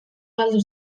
galdu